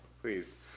please